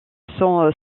sont